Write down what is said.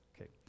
Okay